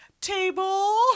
table